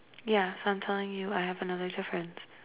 yeah so I'm telling you I have another difference